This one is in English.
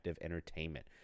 Entertainment